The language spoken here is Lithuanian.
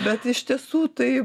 bet iš tiesų tai